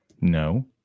No